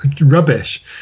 rubbish